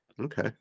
Okay